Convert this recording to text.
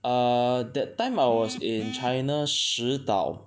err that time I was in china 石岛